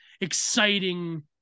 exciting